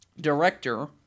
director